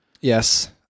Yes